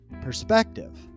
perspective